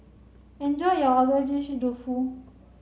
enjoy your Agedashi dofu